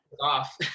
off